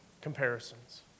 comparisons